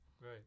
Right